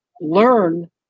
learn